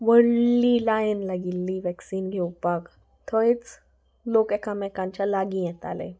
व्हडली लायन लागिल्ली वॅक्सीन घेवपाक थंयच लोक एकामेकांच्या लागीं येताले